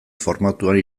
formatuan